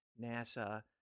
NASA